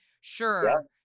sure